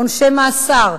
עונשי מאסר,